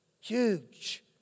Huge